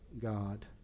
God